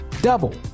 double